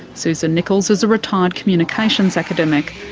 susan nicholls is a retired communications academic,